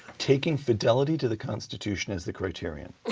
taking fidelity to the constitution as the criterion,